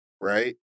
right